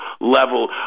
level